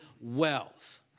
wealth